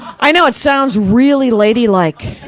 i know it sounds really ladylike,